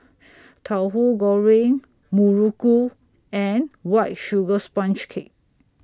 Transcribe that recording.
Tauhu Goreng Muruku and White Sugar Sponge Cake